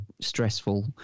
stressful